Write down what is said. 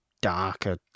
darker